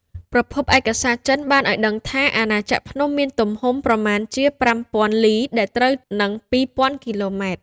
ប្រភពឯកសារចិន បានឱ្យដឹងថា អាណាចក្រភ្នំមានទំហំប្រមាណជា ៥០០០ លី ដែលត្រូវនឹង ២០០០ គីឡូម៉ែត្រ។